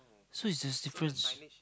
so there's difference